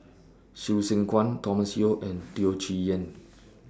Hsu Tse Kwang Thomas Yeo and Teo Chee Hean